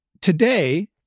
Today